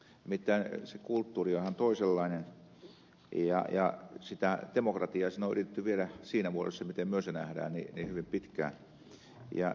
nimittäin se kulttuuri on ihan toisenlainen ja sitä demokratiaa sinne on yritetty viedä siinä muodossa miten me sen näemme hyvin pitkään